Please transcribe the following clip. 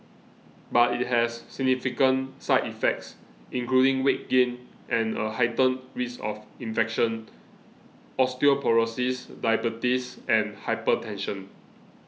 but it has significant side effects including weight gain and a heightened risk of infection osteoporosis diabetes and hypertension